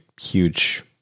huge